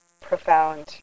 profound